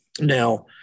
Now